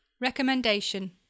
Recommendation